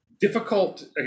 difficult